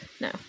No